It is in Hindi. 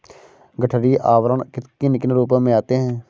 गठरी आवरण किन किन रूपों में आते हैं?